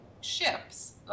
ships